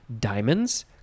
diamonds